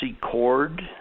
cord